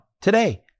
today